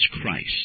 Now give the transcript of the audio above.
Christ